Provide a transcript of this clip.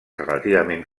relativament